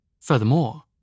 Furthermore